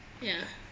ya